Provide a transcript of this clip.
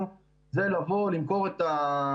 זה דיון מהיר שהופנה אלינו באמצעות הכנסת בנושא